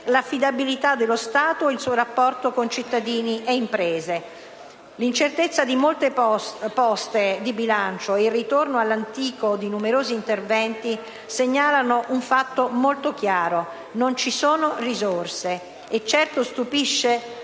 l'affidabilità dello Stato e il suo rapporto con cittadini e imprese. L'incertezza di molte poste di bilancio e il ritorno all'antico in numerosi interventi segnalano un fatto molto chiaro: non ci sono risorse, e certo stupisce